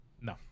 No